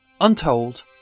untold